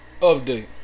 Update